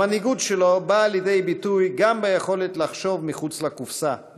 המנהיגות שלו באה לידי ביטוי גם ביכולת לחשוב מחוץ לקופסה,